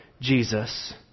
Jesus